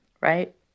right